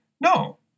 No